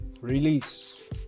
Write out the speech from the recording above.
release